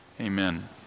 amen